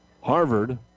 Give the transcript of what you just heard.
Harvard